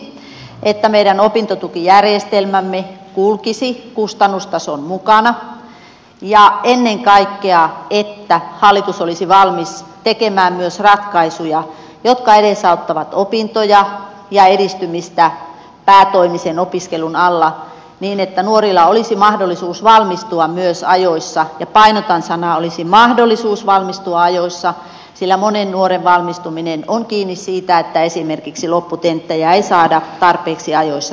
tärkeintä olisi että meidän opintotukijärjestelmämme kulkisi kustannustason mukana ja ennen kaikkea että hallitus olisi valmis tekemään myös ratkaisuja jotka edesauttavat opintoja ja edistymistä päätoimisen opiskelun alla niin että nuorilla olisi myös mahdollisuus valmistua ajoissa ja painotan sanoja olisi mahdollisuus valmistua ajoissa sillä monen nuoren valmistuminen on kiinni siitä että esimerkiksi lopputenttejä ei saada tarpeeksi ajoissa tehtyä